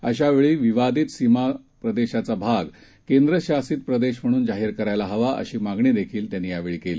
अशावेळीविवादितसीमाप्रदेशाचाभागकेंद्रशासितप्रदेशम्हणूनजाहीरकरायलाहवा अशीमागणीहीत्यांनीयावेळीकेली